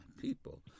people